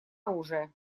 оружия